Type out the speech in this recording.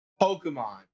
Pokemon